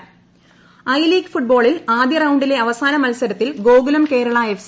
I League I League ഫുട്ബോളിൽ ആദ്യ റൌണ്ടിലെ അവസാന മത്സരത്തിൽ ഗോകുലം കേരള എഫ്